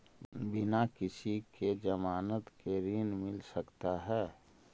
बिना किसी के ज़मानत के ऋण मिल सकता है?